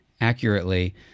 accurately